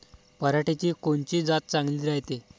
पऱ्हाटीची कोनची जात चांगली रायते?